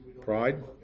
Pride